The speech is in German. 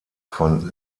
von